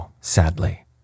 sadly